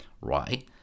right